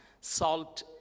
salt